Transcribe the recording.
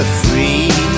free